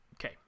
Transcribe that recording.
Okay